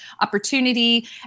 opportunity